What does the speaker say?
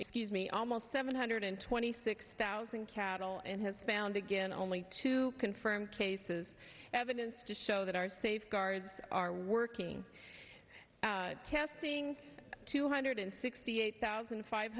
excuse me almost seven hundred twenty six thousand cattle and has found again only two confirmed cases evidence to show that our safeguards are working testing two hundred sixty eight thousand five